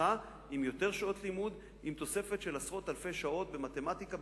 נפתחה עם יותר שעות לימוד ותוספת של עשרות אלפי שעות במתמטיקה,